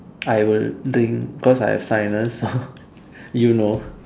I will drink cause I have sinus ah you know